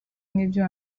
nkibyo